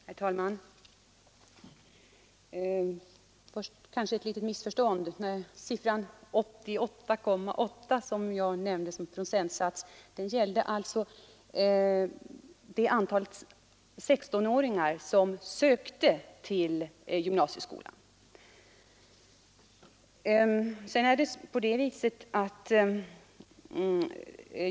Herr talman! Först ett tillrättaläggande av ett litet missförstånd. Siffran 88,8 procent, som jag nämnde, avsåg den andel 16-åringar som sökte till gymnasieskolan.